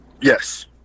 Yes